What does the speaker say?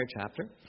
chapter